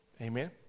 Amen